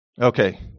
Okay